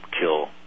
kill